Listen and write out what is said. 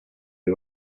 who